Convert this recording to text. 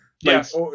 Yes